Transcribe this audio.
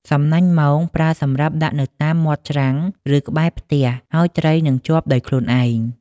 សំណាញ់មង ប្រើសម្រាប់ដាក់នៅតាមមាត់ច្រាំង ឬក្បែរផ្ទះ ហើយត្រីនឹងជាប់ដោយខ្លួនឯង។